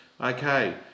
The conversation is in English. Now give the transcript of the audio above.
Okay